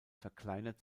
verkleinert